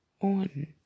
on